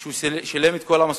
שהוא שילם את כל המשכורות,